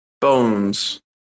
bones